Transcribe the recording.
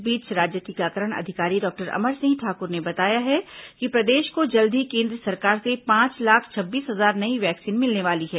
इस बीच राज्य टीकाकरण अधिकारी डॉक्टर अमर सिंह ठाकुर ने बताया है कि प्रदेश को जल्द ही केन्द्र सरकार से पांच लाख छब्बीस हजार नई वैक्सीन मिलने वाली है